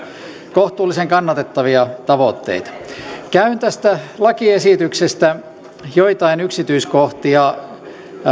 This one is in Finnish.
kohtuullisen kannatettavia tavoitteita käyn tästä lakiesityksestä joitain yksityiskohtia